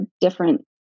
different